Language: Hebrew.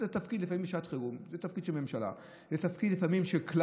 זה תפקיד לפעמים בשעת חירום,